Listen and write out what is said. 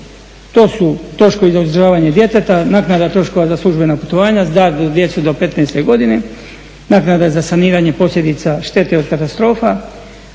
to su troškovi za uzdržavanje djeteta, naknada troškova za službena putovanja, dar za djecu do 15 godina, naknada za saniranje posljedica štete od katastrofa